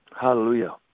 Hallelujah